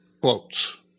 quotes